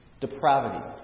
Depravity